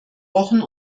wochen